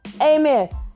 Amen